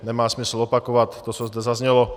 Nemá smysl opakovat to, co zde zaznělo.